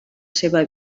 seva